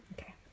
Okay